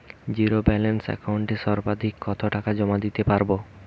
Zero balance একাউন্টে সর্বাধিক কত টাকা জমা দিতে পারব?